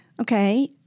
Okay